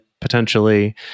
potentially